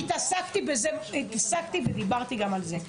התעסקתי ודיברתי גם על זה.